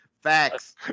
Facts